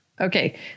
Okay